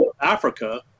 Africa